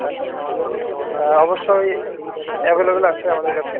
আচ্ছা হ্যাঁ অবশ্যই অ্যাভেলেবেল আছে আমাদের কাছে